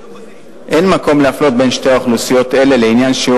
אין מקום להפלות בין שתי האוכלוסיות האלה לעניין שיעור